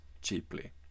cheaply